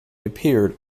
appeared